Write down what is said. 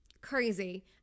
crazy